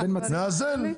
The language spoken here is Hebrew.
נאזן.